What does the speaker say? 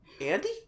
Andy